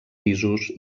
pisos